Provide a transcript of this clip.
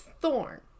Thorn